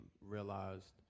realized